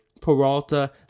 Peralta